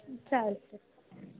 चालते